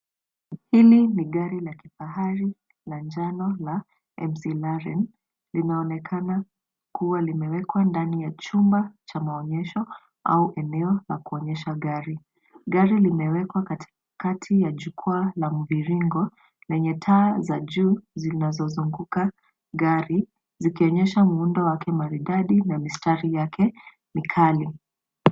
Hili ni gari la kifahari la njano la Mclarren linaonekana kuwa limewekwa ndani ya chumba cha maonyesho au eneo la kuonyesha gari. Gari limewekwa katikati ya jukwaa la mviringo lenye taa za juu zinazozunguka gari zikionyesha muundo wake maridadi na mistari yake ni kali.